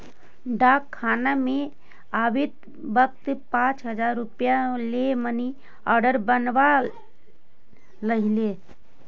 डाकखाना से आवित वक्त पाँच हजार रुपया ले मनी आर्डर बनवा लइहें